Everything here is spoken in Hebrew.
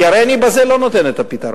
כי הרי אני בזה לא נותן פתרון.